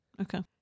Okay